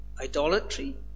idolatry